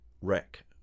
wreck